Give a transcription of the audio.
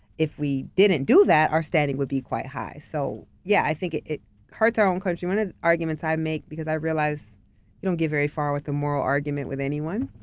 if we didn't do that, our standing would be quite high. so, yeah, i think it it hurts our own country. one of the arguments i make, because i realize you don't get very far with the moral argument with anyone,